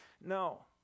No